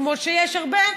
כמו שיש הרבה,